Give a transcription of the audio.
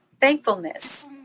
thankfulness